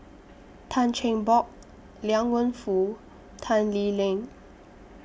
Tan Cheng Bock Liang Wenfu and Tan Lee Leng